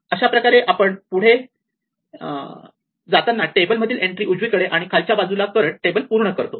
अशाप्रकारे आपण पुढे जाताना टेबल मधील एन्ट्री उजवीकडे आणि खालच्या बाजूला करत टेबल पूर्ण करतो